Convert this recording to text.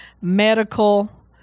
medical